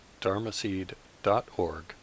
dharmaseed.org